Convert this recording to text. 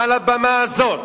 מעל הבמה הזאת,